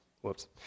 Whoops